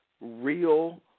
real